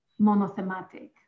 monothematic